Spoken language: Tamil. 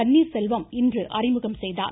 பன்னீர்செல்வம் இன்று அறிமுகம் செய்தார்